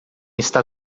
está